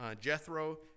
Jethro